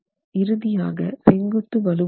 இறுதியாக செங்குத்து வலுவூட்டம்